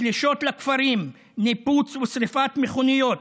פלישות לכפרים, ניפוץ ושרפת מכוניות,